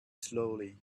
slowly